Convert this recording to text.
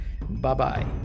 Bye-bye